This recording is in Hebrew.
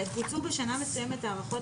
דיווח ניצול מכסות 4א. (א) בוצעו בשנה מסוימת הערכות